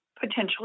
potentially